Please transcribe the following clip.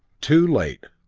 too late.